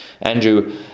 Andrew